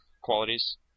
qualities